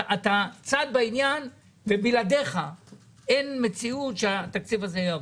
אתה צד בעניין ובלעדיך אין מציאות שהתקציב הזה יעבור.